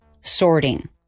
sorting